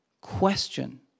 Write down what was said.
question